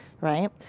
Right